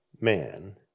man